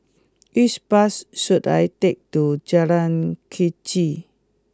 which bus should I take to Jalan Kechil